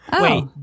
wait